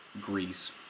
Greece